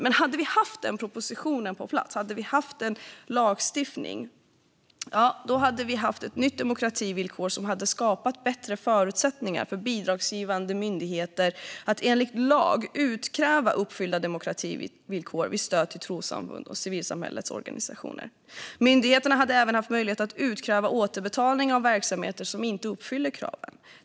Om vi hade haft den propositionen på plats och haft en lagstiftning hade vi haft ett nytt demokrativillkor som hade skapat bättre förutsättningar för bidragsgivande myndigheter att enligt lag kräva uppfyllda demokrativillkor vid stöd till trossamfund och civilsamhällets organisationer. Myndigheterna hade även haft möjlighet att utkräva återbetalning av verksamheter som inte uppfyller kraven.